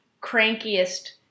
crankiest